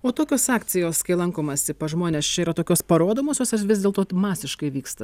o tokios akcijos kai lankomasi pas žmones čia yra tokios parodomosios ar vis dėlto masiškai vyksta